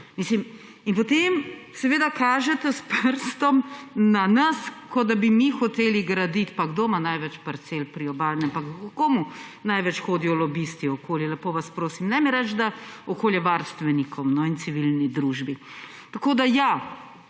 Mislim! In potem seveda kažete s prstom na nas, kot da bi mi hoteli graditi. Pa kdo ima največ parcel priobalnih pa h komu največ hodijo lobisti okoli? Lepo vas prosim, ne mi reči, da k okoljevarstvenikom in civilni družbi. Tako da, ja.